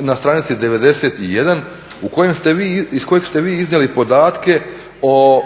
na stranici 91. iz kojeg ste vi iznijeli podatke o